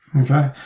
Okay